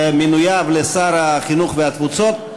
ומינויו לשר החינוך ושר התפוצות,